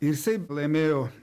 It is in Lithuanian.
ir jisai laimėjo